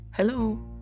Hello